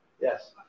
Yes